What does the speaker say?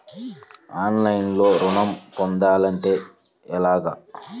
ఆన్లైన్లో ఋణం పొందాలంటే ఎలాగా?